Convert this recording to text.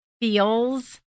feels